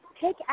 take